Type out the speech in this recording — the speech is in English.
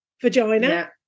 vagina